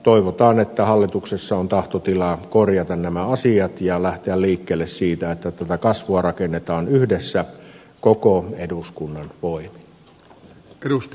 toivotaan että hallituksessa on tahtotila korjata nämä asiat ja lähteä liikkeelle siitä että tätä kasvua rakennetaan yhdessä koko eduskunnan voimin